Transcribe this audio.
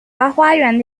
花园